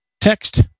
text